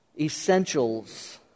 essentials